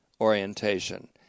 orientation